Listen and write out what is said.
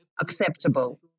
acceptable